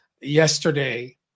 yesterday